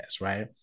right